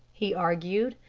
he argued.